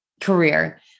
career